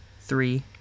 three